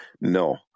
No